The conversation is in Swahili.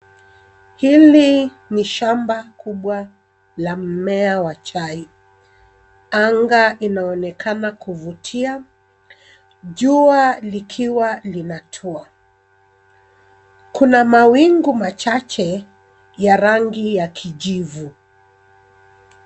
Hili ni shamba kubwa la mmea wa chai. Anga inaonekana kuvutia. Jua likiwa linatua. Kuna mawingu machache ya rangi ya kijivu.